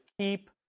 keep